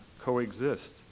coexist